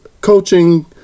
coaching